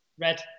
Red